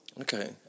Okay